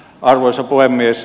arvoisa puhemies